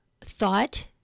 thought